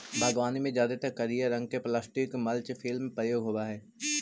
बागवानी में जादेतर करिया रंग के प्लास्टिक मल्च फिल्म प्रयोग होवऽ हई